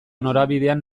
norabideen